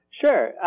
Sure